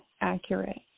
accurate